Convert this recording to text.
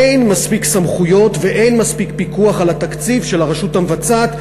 אין מספיק סמכויות ואין מספיק פיקוח על התקציב של הרשות המבצעת,